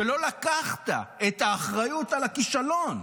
כשלא לקחת את האחריות על הכישלון.